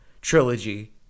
trilogy